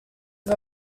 all